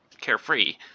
carefree